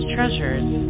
Treasures